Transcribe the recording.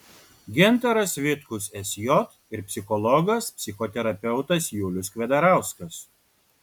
gintaras vitkus sj ir psichologas psichoterapeutas julius kvedarauskas